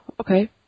Okay